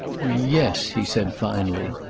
yes, he said finally.